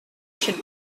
should